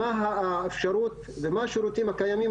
האפשרות ומה השירותים הקיימים,